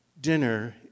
dinner